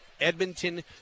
Edmonton